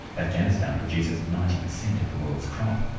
afghanistan produces ninety percent of the world's crop.